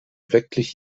wirklich